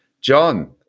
John